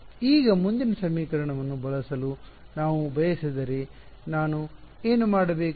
ಈಗ ಮುಂದಿನ ಸಮೀಕರಣವನ್ನು ಬಳಸಲು ನಾನು ಬಯಸಿದರೆ ನಾನು ಏನು ಮಾಡಬೇಕು